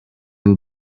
will